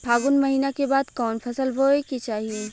फागुन महीना के बाद कवन फसल बोए के चाही?